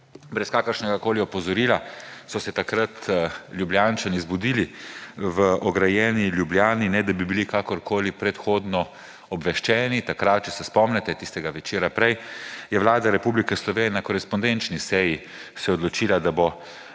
brez kakršnegakoli opozorila so se takrat Ljubljančani zbudili v ograjeni Ljubljani, ne da bi bili kakorkoli predhodno obveščeni. Takrat, če se spomnite tistega večera prej, se je Vlada Republike Slovenije na korespondenčni seji odločila, da bo